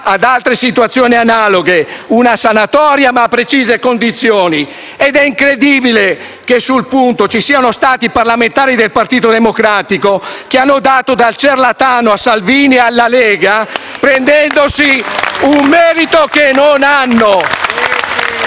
ad altre situazioni analoghe, una sanatoria ma a precise condizioni ed è incredibile che sul punto ci siano stati i parlamentari del Partito Democratico che hanno dato dal ciarlatano a Salvini e alla Lega, prendendosi un merito che non hanno